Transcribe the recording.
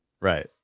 Right